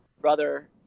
brother